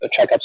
checkups